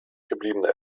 gebliebene